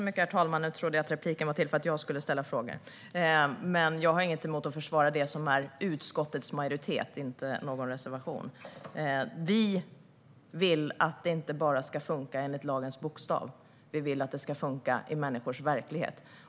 Herr talman! Jag trodde att replikerna var till för att jag skulle ställa frågor. Men jag har inget emot att försvara det som är ställningstagandet från utskottets majoritet. Det är alltså inte en reservation. Vi vill att det inte ska funka bara enligt lagens bokstav. Vi vill att det ska funka i människors verklighet.